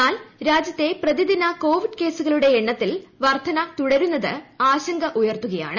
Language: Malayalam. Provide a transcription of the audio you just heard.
എന്നാൽ രാജ്യത്തെ പ്രതിദിന കോവിഡ് കേസുകളുടെ എണ്ണത്തിൽ വർദ്ധനീപ്പ് തു്ടരുന്നത് ആശങ്ക ഉയർത്തുകയാണ്